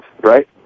right